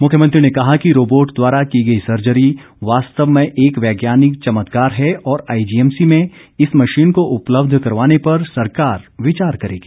मुख्यमंत्री ने कहा कि रोबोट द्वारा की गई सर्जरी वास्तव में एक वैज्ञानिक चमत्कार है और आईजीएमसी में इस मशीन को उपलब्ध करवाने पर सरकार विचार करेगी